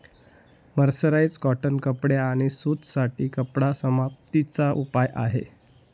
mercerise cotton कपडे आणि सूत साठी कपडा समाप्ती चा उपाय आहे